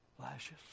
lashes